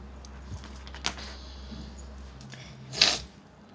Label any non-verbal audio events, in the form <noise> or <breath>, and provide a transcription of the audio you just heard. <breath>